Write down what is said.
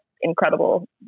incredible